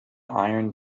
iron